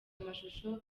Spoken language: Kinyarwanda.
amashusho